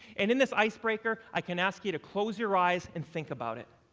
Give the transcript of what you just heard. and in this icebreaker, i can ask you to close your eyes and think about it.